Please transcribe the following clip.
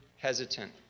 Hesitant